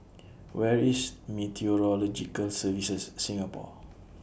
Where IS Meteorological Services Singapore